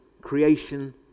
creation